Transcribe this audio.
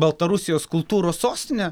baltarusijos kultūros sostinė